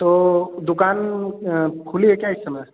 तो दुकान खुली है क्या इस समय